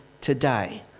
today